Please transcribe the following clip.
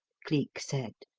cleek said.